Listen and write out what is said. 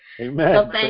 Amen